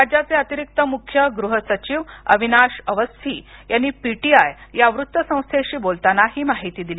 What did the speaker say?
राज्याचे अतिरिक्त मुख्य गृह सचिव अविनाश अवस्थि यांनी पीटीआय या वृत्त संस्थेशी बोलताना ही महिती दिली